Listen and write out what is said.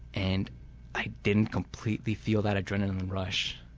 and i didn't completely feel that adrenaline rush,